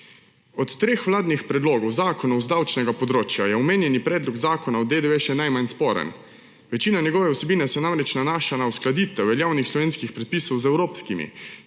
Od treh vladnih predlogov zakonov z davčnega področja je omenjeni predlog zakona o DDV še najmanj sporen. Večina njegove vsebine se namreč nanaša na uskladitev veljavnih slovenskih predpisov z evropskimi,